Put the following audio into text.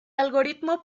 algoritmo